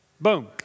Boom